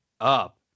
up